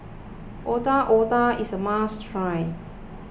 Otak Otak is a must try